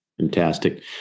Fantastic